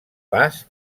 pas